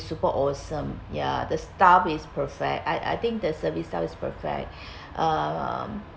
super awesome ya the staff is perfect I I think the service staff is perfect uh